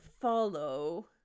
follow